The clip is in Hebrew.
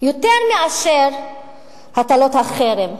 יותר מאשר הטלות החרם.